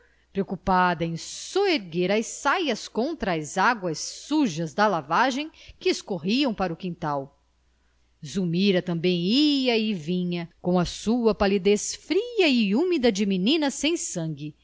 preocupada em soerguer as saias contra as águas sujas da lavagem que escorriam para o quintal zulmira também ia e vinha com a sua palidez fria e úmida de menina sem sangue